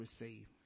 receive